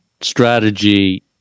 strategy